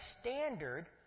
standard